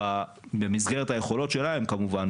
במסגרת היכולות של אותה רשות כמובן,